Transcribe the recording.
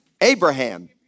Abraham